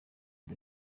dar